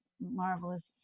marvelous